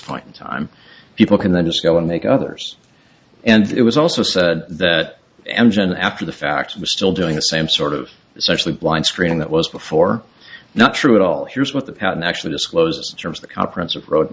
point in time people can then disco and make others and it was also said that engine after the fact was still doing the same sort of this actually blind screening that was before not true at all here's what the patent actually discloses terms the conference of road